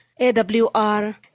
AWR